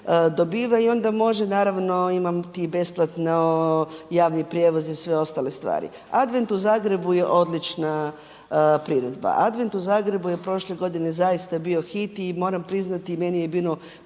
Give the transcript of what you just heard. dobiva i onda može naravno imam ti besplatno javni prijevoz i sve ostale stvari. Advent u Zagrebu je odlična priredba. Advent u Zagrebu je prošle godine zaista bio hit i moram priznati meni je bilo